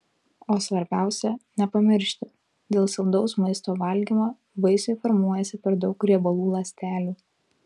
o svarbiausia nepamiršti dėl saldaus maisto valgymo vaisiui formuojasi per daug riebalų ląstelių